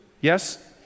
Yes